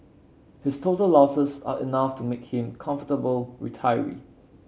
his total losses are enough to make him comfortable retiree